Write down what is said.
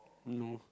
no